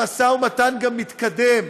המשא ומתן גם מתקדם.